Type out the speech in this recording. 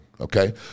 okay